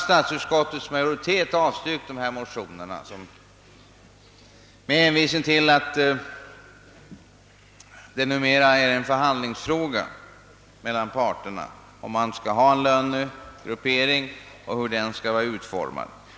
Statsutskottets majoritet har nu avstyrkt de väckta motionerna med hänvisning till att det numera är en förhandlingsfråga mellan parterna i löneförhandlingarna, huruvida man skall ha en dyrortsgruppering och hur denna skall vara utformad.